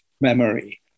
memory